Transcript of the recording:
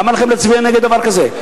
למה לכם להצביע נגד דבר כזה?